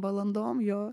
valandom jo